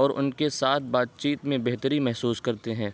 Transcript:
اور ان کے ساتھ بات چیت میں بہتری محسوس کرتے ہیں